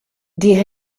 die